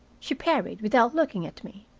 she parried, without looking at me.